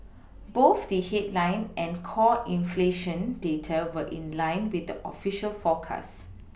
both the headline and core inflation data were in line with the official forecast